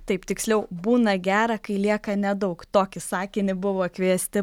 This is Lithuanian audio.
taip tiksliau būna gera kai lieka nedaug tokį sakinį buvo kviesti